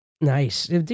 Nice